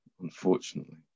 unfortunately